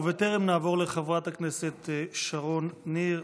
ובטרם נעבור לחברת הכנסת שרון ניר,